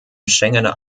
schengener